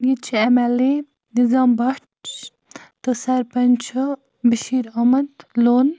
ییٚتہِ چھُ M L A Nizam Bhat تہٕ سرپَنٛچ چھُ بشیٖر احمد لون